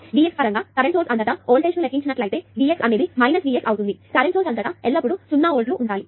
కాబట్టి Vx పరంగా current source అంతటా వోల్టేజ్ ను లెక్కించి నట్లయితే V x అనేది V x ఉంటుంది కాబట్టి కరెంటు సోర్స్ అంతటా ఎల్లప్పుడూ 0 వోల్ట్ ఉంటాయి